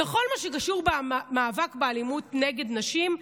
בכל מה שקשור במאבק באלימות נגד נשים,